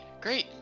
great